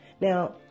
Now